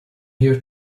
year